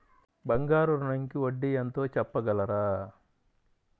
బంగారు ఋణంకి వడ్డీ ఎంతో చెప్పగలరా?